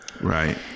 right